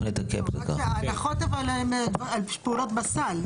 ההנחות אבל הן פעולות בסל.